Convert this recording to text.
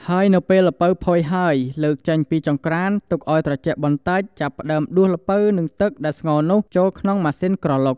ហើយនៅពេលល្ពៅផុយហើយ លើកចេញពីចង្ក្រាន ទុកឲ្យត្រជាក់បន្តិច ចាប់ផ្ដើមដួសល្ពៅនិងទឹកដែលស្ងោរនោះ ចូលក្នុងម៉ាស៊ីនក្រឡុក។